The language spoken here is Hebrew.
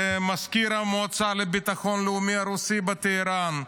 מזכיר המועצה לביטחון לאומי הרוסי בטהרן.